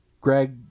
Greg